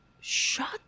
Shut